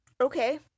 okay